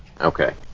okay